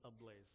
ablaze